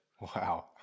Wow